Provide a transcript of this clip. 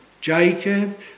Jacob